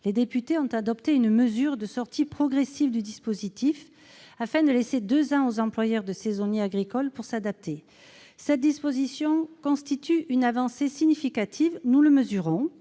les députés ont adopté une mesure de sortie progressive du dispositif, afin de laisser deux ans aux employeurs de saisonniers agricoles pour s'adapter. Cette disposition constitue une avancée significative, nous le mesurons.